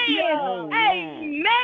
Amen